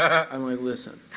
and like, listen.